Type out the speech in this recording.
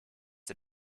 der